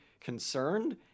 concerned